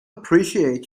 appreciate